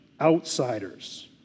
outsiders